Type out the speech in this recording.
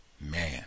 Man